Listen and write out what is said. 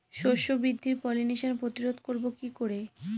শস্য বৃদ্ধির পলিনেশান প্রতিরোধ করব কি করে?